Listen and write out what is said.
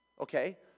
Okay